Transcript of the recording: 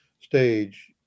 stage